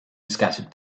scattered